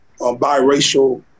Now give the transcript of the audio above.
biracial